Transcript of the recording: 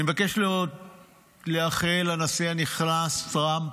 אני מבקש לאחל לנשיא הנכנס טראמפ